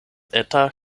eta